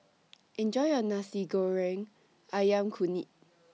Enjoy your Nasi Goreng Ayam Kunyit